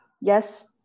yes